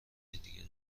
دیگه